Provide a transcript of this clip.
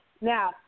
now